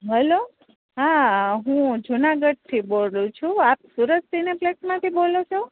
hello હા હું જૂનાગઢથી બોલું છું આપ સુરજ સિનેપ્લેકસમાંથી બોલો છો